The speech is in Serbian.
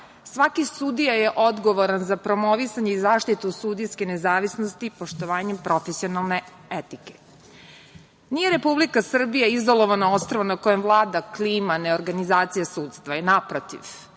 Svaki sudija je odgovoran za promovisanje i zaštitu sudijske nezavisnosti poštovanjem profesionalne etike. Nije Republika Srbija izolovano ostrvo na kojem vlada klima ne organizacije sudstva. Naprotiv,